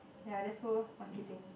ya that's whole marketing